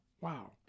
Wow